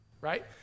right